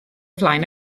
flaen